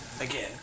again